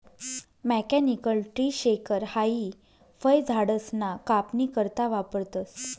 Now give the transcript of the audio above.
mechanical tree shaker हाई फयझाडसना कापनी करता वापरतंस